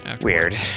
weird